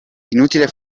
inutile